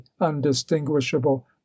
undistinguishable